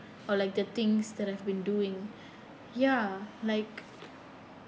or like the things that I've been doing ya like